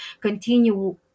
continue